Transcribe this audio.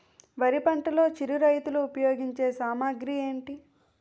వరి పంటలో చిరు రైతులు ఉపయోగించే సామాగ్రి ఏంటి?